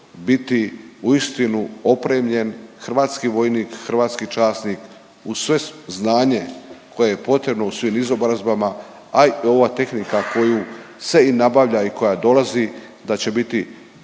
biti uistinu opremljen, hrvatski vojnik, hrvatski časnik uz sve znanje koje je potrebno u svim izobrazbama, a i ova tehnika koju se i nabavlja i koja dolazi da će biti